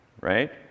right